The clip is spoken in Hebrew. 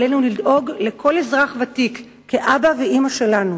עלינו לדאוג לכל אזרח ותיק כאבא ואמא שלנו,